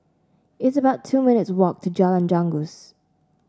it's about two minutes' walk to Jalan Janggus